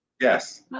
Yes